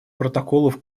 протоколов